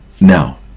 Now